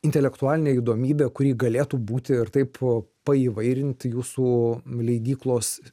intelektualinė įdomybė kuri galėtų būti ir taip paįvairinti jūsų leidyklos